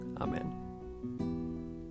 Amen